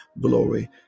Glory